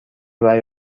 برای